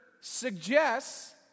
suggests